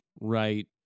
right